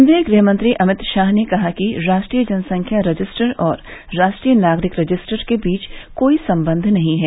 केन्द्रीय गृहमंत्री अमित शाह ने कहा कि राष्ट्रीय जनसंख्या रजिस्टर और राष्ट्रीय नागरिक रजिस्टर के बीच कोई संबंध नहीं है